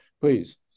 please